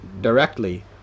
directly